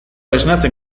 esnatzen